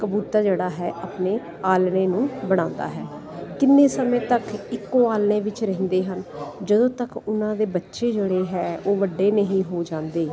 ਕਬੂਤਰ ਜਿਹੜਾ ਹੈ ਆਪਣੇ ਆਲਣੇ ਨੂੰ ਬਣਾਉਂਦਾ ਹੈ ਕਿੰਨੇ ਸਮੇਂ ਤੱਕ ਇੱਕੋ ਆਲਣੇ ਵਿੱਚ ਰਹਿੰਦੇ ਹਨ ਜਦੋਂ ਤੱਕ ਉਹਨਾਂ ਦੇ ਬੱਚੇ ਜਿਹੜੇ ਹੈ ਉਹ ਵੱਡੇ ਨਹੀਂ ਹੋ ਜਾਂਦੇ